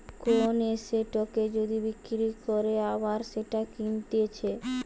কোন এসেটকে যদি বিক্রি করে আবার সেটা কিনতেছে